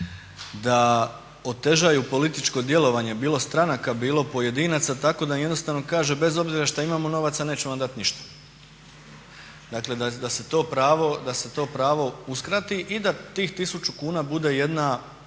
da otežaju političko djelovanje bilo stranaka, bilo pojedinaca, tako da im jednostavno kaže bez obzira što imamo novaca neću vam dati ništa. Dakle da se to pravo uskrati i da tih 1000 kuna bude jedna